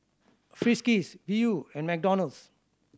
Friskies Viu and McDonald's